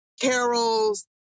carols